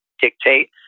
dictate